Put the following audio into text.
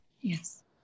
Yes